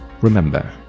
Remember